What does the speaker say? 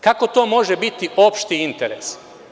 Kako to može biti opšti interes?